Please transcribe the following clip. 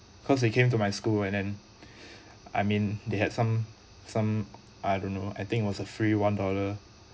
cause they came to my school and then I mean they had some some I don't know I think it was a free one dollar